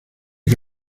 que